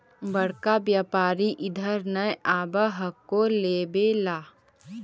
बड़का व्यापारि इधर नय आब हको लेबे ला?